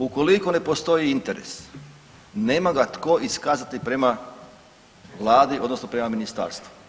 Ukoliko ne postoji interes nema ga tko iskazati prema vladi odnosno prema ministarstvu.